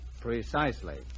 Precisely